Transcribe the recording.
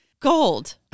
Gold